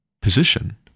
position